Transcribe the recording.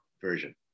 version